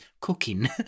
cooking